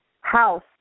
house